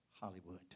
Hollywood